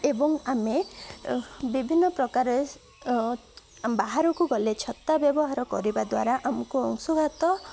ଏବଂ ଆମେ ବିଭିନ୍ନ ପ୍ରକାରେ ବାହାରକୁ ଗଲେ ଛତା ବ୍ୟବହାର କରିବା ଦ୍ୱାରା ଆମକୁ ଅଂଶୁଘାତ